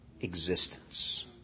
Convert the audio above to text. existence